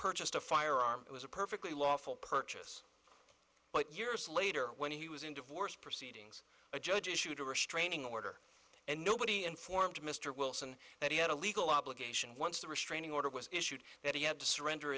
purchased a firearm it was a perfectly lawful purchase but years later when he was in divorce proceedings a judge issued a restraining order and nobody informed mr wilson that he had a legal obligation once the restraining order was issued that he had to surrender